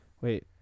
Wait